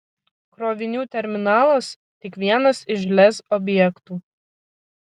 krovinių terminalas tik vienas iš lez objektų